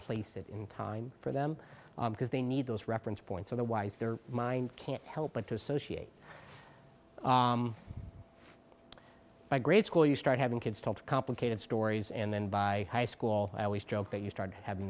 place it in time for them because they need those reference points otherwise their mind can't help but to associate by grade school you start having kids talk to complicated stories and then by high school i always joke that you start having